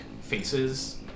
faces